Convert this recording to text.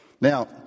Now